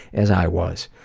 as i was.